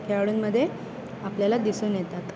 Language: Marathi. खेळाडूंमध्ये आपल्याला दिसून येतात